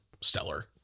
stellar